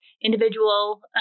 individual